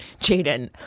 Jaden